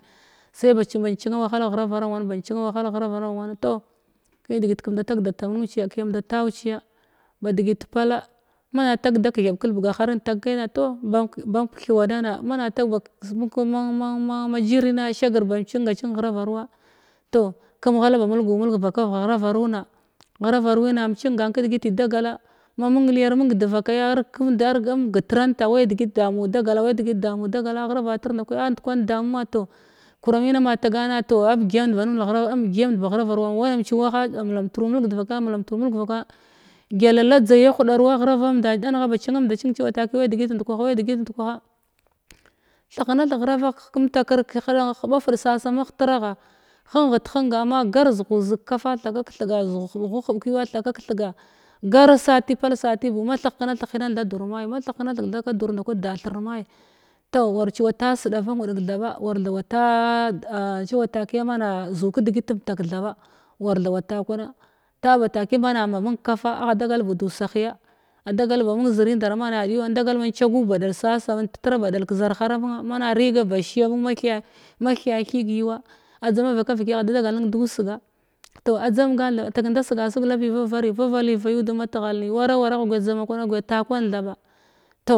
Sai ba cin ban cina wahal ghravara am wan ban cina wahal ghravara wan toh me degit kem da taghatag numnd ciya kiyam da ta’uxiya ba degit pala mana tagda kethab kalbaharan tag na’i na toh bam ban-ban bam kethewa nana mana tagba ba-kis-nab-mand ma jirina shar ban xinga xing ghrava ruwa toh kəm ghala ba mulgu mulg vakagh ghravaruna ghravaruwina am cingan kedigiri dagala ma mung li ar mung devakaya ar-kem-ndar am getranta wai degit damu dagal wai degit damu dagala ghrava tir ndakwi ah ndkwan damuwa toh kuramimama tagana am-gyayamnd-an am gyiyamnd ba ghravaruwa wayam ci waha a mulmatru mulg devakaya mulamtru mulg vukwa gyalak dzagya huɗaruwa ghravamnda angha ba cinamnda cing cewa takiya wai degit ndkwah wai degit ndkwaha thegh kənathig ghravagh kəmtatr kihira huɓa fud sa sa mahtragha henghit jenga ama gar zughur zeg kafa thakak thega lu huɓghu huɓkayuwa thakak thega gar henan tha dur ma’i mathagh kenathif thakadur ndaku da thir ma’i toh war ci wa ta seɗava nwudeg thaɓa war tha wata a cewa takiya mana zu kɛadegit mtak thaɓa war tha wa ta kwana ta ba taki mana ba ming kafa agha dagal ba du da hiya a dagal ba mung zirindar mana diya mdagal mana cagu a ɗal sasa man titra ba dal kəzarhara a munna mana riga ba shiya mun ma theya matheya thig yuwa adzama vakavak ya ada dagal nenn dusga toh adzamgam thab tak inda sega lapi vavvari vava li vayud matghalni wara wara agha guya dzama ka nagha guya takwan thaɓa